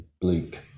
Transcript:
bleak